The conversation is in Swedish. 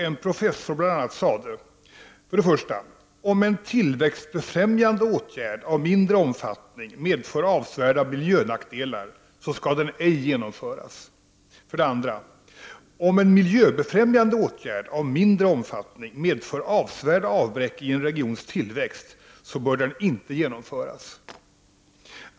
En professor sade då bl.a.: 1. Om en tillväxtbefrämjande åtgärd av mindre omfattning medför avsevärda miljönackdelar, skall den ej genomföras! 2. Om en miljöbefrämjande åtgärd av mindre omfattning medför avsevärda avbräck i en regions tillväxt, bör den inte genomföras!